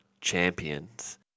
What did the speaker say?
champions